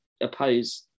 oppose